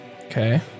Okay